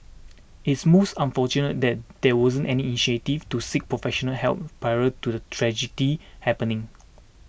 it's most unfortunate that there wasn't any initiative to seek professional help prior to the tragedy happening